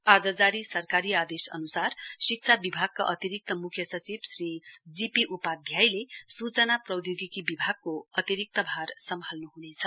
आज जारी सरकारी आदेश अन्सार शिक्षा विभागका अतिरिक्त म्ख्य सचिव श्री जीपी उपाध्यले सूचना प्रौद्योगिकी विभागको अतिरिक्त भार सम्हानु ह्नेछ